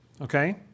Okay